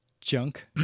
Junk